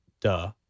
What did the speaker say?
duh